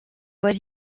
but